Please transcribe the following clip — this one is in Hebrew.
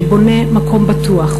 שבונה מקום בטוח.